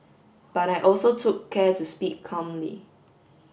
but I also took care to speak calmly